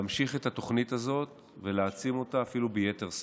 להמשיך את התוכנית הזאת ולהעצים אותה אפילו ביתר שאת.